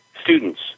students